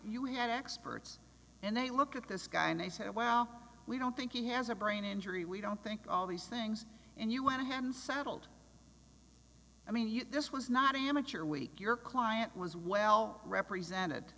you had experts and they look at this guy and they said well we don't think he has a brain injury we don't think all these things and you want to have unsaddled i mean you this was not amateur or weak your client was well represented